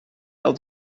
wel